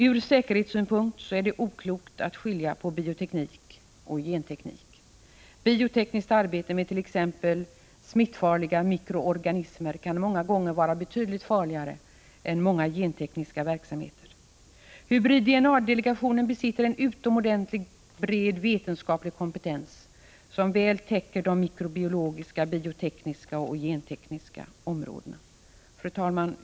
Ur säkerhetssynpunkt är det oklokt att skilja på bioteknik och genteknik. Biotekniskt arbete med t.ex. smittfarliga mikroorganismer kan många gånger vara betydligt farligare än många gentekniska verksamheter. Hybrid-DNA-delegationen besitter en utomordentligt bred vetenskaplig kompetens, som väl täcker de mikrobiologiska, biotekniska och gentekniska områdena. Fru talman!